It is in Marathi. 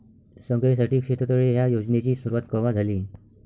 सगळ्याइसाठी शेततळे ह्या योजनेची सुरुवात कवा झाली?